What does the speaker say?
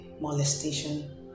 Molestation